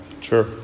Sure